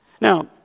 Now